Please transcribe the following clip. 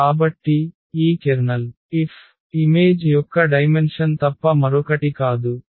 కాబట్టి ఈ kernel F image యొక్క డైమెన్షన్ తప్ప మరొకటి కాదు